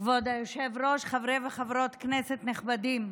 כבוד היושב-ראש, חברי וחברות כנסת נכבדים,